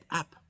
up